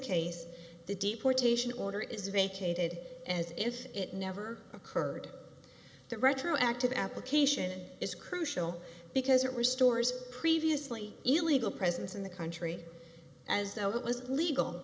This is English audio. case the deportation order is vacated as if it never occurred the retroactive application is crucial because it restores previously illegal presence in the country as though it was legal